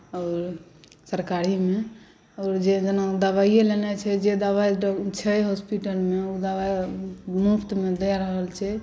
आओर सरकारीमे आओर जे जेना दबाइए लेनाइ छै जे दबाइ छै हॉस्पिटलमे ओ दबाइ मुफ्तमे दए रहल छै